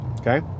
Okay